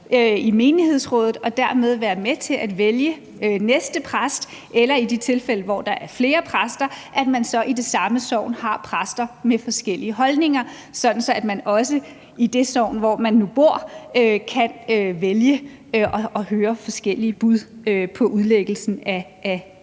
i menighedsrådet og dermed være med til at vælge den næste præst, eller at man i de tilfælde, hvor der er flere præster i det samme sogn, har præster med forskellige holdninger, sådan at man også i det sogn, hvor man nu bor, kan vælge at høre forskellige bud på udlægningen af